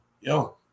Yo